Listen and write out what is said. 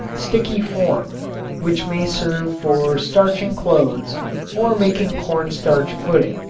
sticky form which may serve for starching clothes or making cornstarch pudding.